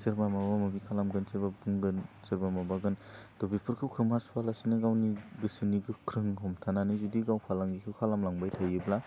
सोरबा माबा माबि खालामगोन सोरबा बुंगोन सोरबा माबागोन दा बेफोरखौ खोमा सुवा लासिनो गावनि गोसोनि गोख्रों हमथानानै जुदि गाव फालांगिखौ खालाम लांबाय थायोब्ला